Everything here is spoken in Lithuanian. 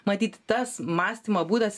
matyt tas mąstymo būdas